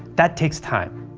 that takes time.